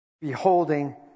beholding